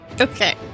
Okay